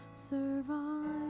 survive